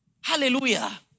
Hallelujah